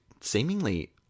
seemingly